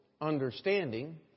understanding